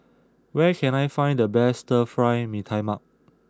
where can I find the best Stir Fry Mee Tai Mak